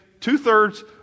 two-thirds